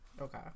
Okay